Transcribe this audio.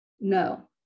no